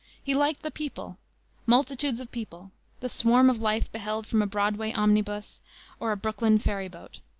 he liked the people multitudes of people the swarm of life beheld from a broadway omnibus or a brooklyn ferry-boat.